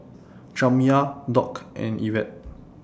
Jamya Doc and Yvette